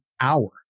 hour